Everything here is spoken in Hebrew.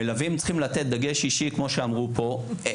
מלווים צריכים לתת דגש אישי כמו שאמרו פה,